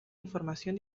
información